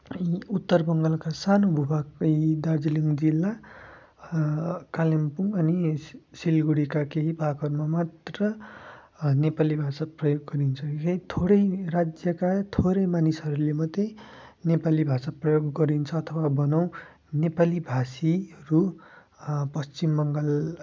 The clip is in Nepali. उत्तर बङ्गालका सानो भुभाग यी दार्जिलिङ जिल्ला कालिम्पोङ अनि सिलगढीका केही भागहरूमा मात्र नेपाली भाषा प्रयोग गरिन्छ यही थोरै राज्यका थोरै मानिसहरूले मात्रै नेपाली भाषा प्रयोग गरिन्छ अथवा भनौँ नेपाली भाषीहरू पश्चिम बङ्गाल